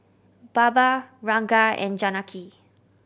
Baba Ranga and Janaki